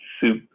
soup